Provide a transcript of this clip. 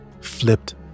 Flipped